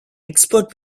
expert